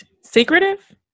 Secretive